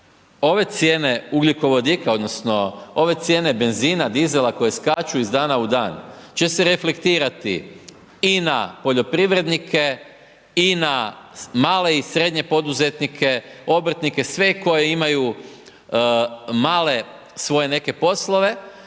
ove cijene ugljikovodika, odnosno, ove cijene, benzina, dizela, koje skaču iz dana u dan, će se reflektirati i na poljoprivrednike i na male i srednje poduzetnike, obrtnike, sve koji imaju male svoje neke poslove,